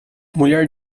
mulher